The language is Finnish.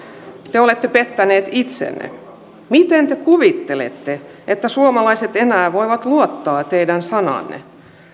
te olette pettänyt itsenne miten te kuvittelette että suomalaiset enää voivat luottaa teidän sanaanne